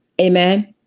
Amen